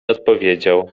odpowiedział